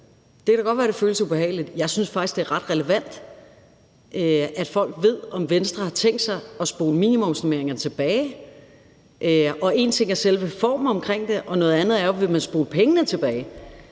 Det kan da godt være, at det føles ubehageligt, men jeg synes faktisk, det er ret relevant, at folk ved, om Venstre har tænkt sig at rulle minimumsnormeringerne tilbage. En ting er selve formen omkring det, men noget andet er: Vil man rulle pengene tilbage?